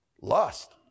Lust